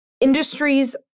industries